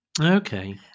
Okay